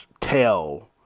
tell